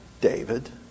David